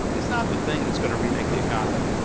it's not the thing that's gonna remake the economy,